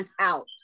out